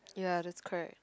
ya just crack